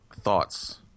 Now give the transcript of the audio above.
thoughts